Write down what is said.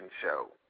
show